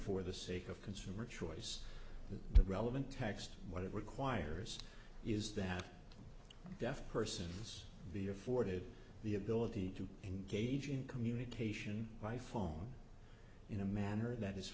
for the sake of consumer choice the relevant text what it requires is that deaf persons be afforded the ability to engage in communication by phone in a manner that is